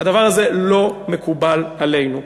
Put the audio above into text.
הדבר הזה לא מקובל עלינו.